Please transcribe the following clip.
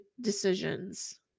decisions